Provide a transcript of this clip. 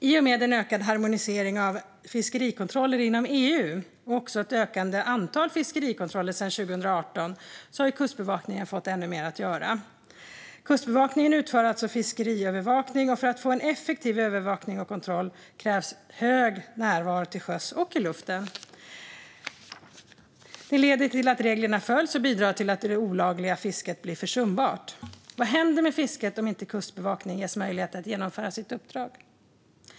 I och med en ökad harmonisering av fiskerikontroller inom EU och ett ökande antal fiskerikontroller sedan 2018 har Kustbevakningen fått ännu mer att göra. Kustbevakningen utför alltså fiskeriövervakning, och för att få en effektiv övervakning och kontroll krävs hög närvaro till sjöss och i luften. Det leder till att reglerna följs och bidrar till att det olagliga fisket blir försumbart. Vad händer med fisket om inte Kustbevakningen ges möjlighet att genomföra sitt uppdrag?